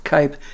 Cape